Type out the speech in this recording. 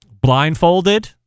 Blindfolded